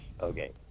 Okay